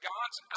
God's